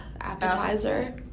Appetizer